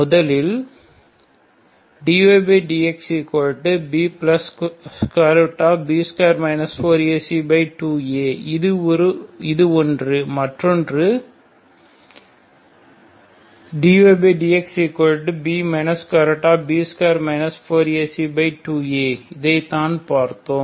முதலில் dydxBB2 4AC2A இது ஒன்று மற்றொன்று dydxB B2 4AC2A இதைத்தான் பார்த்தோம்